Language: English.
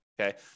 okay